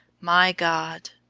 my god!